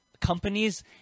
companies